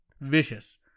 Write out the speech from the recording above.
vicious